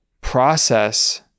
process